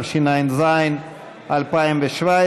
התשע"ז 2017,